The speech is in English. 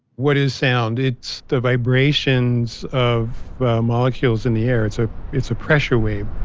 what is sound? it's the vibrations of molecules in the air. it's ah it's a pressure wave.